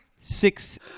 Six